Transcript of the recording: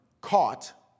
caught